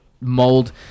mold